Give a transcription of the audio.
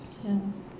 ya